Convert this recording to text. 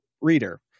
reader